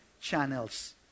channels